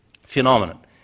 phenomenon